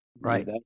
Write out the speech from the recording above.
Right